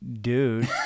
dude